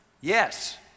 Yes